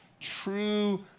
true